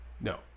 No